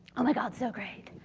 oh, my god, so great.